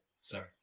Sorry